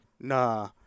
Nah